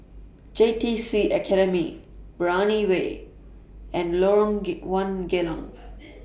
J T C Academy Brani Way and Lorong get one Geylang